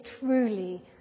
truly